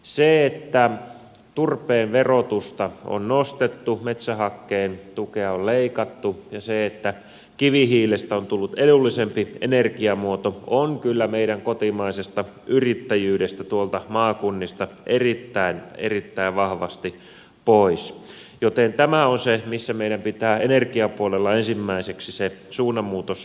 se että turpeen verotusta on nostettu metsähakkeen tukea on leikattu ja että kivihiilestä on tullut edullisempi energiamuoto on kyllä meidän kotimaisesta yrittäjyydestä tuolta maakunnista erittäin erittäin vahvasti pois joten tämä on se missä meidän pitää energiapuolella ensimmäiseksi se suunnanmuutos saada aikaan